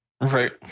Right